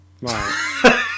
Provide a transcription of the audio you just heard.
Right